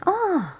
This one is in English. ah